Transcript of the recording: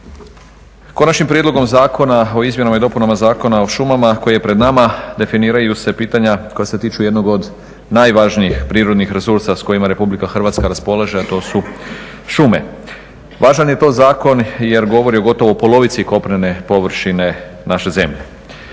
Konačnim prijedlogom zakona o izmjenama i dopunama Zakona o šumama koji je pred nama definiraju se pitanja koja se tiču jednog od najvažnijih prirodnih resursa s kojima RH raspolaže, a to su šume. Važan je to zakon jer govori o gotovo polovici kopnene površine naše zemlje.